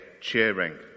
cheering